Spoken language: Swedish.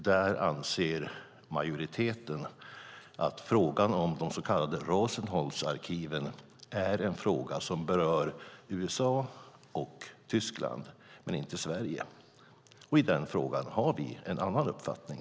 Där anser majoriteten att frågan om det så kallade Rosenholz-kartoteket är en fråga som berör USA och Tyskland men inte Sverige. I den frågan har vi en annan uppfattning.